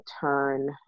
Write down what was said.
turn